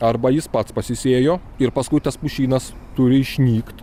arba jis pats pasisėjo ir paskui tas pušynas turi išnykt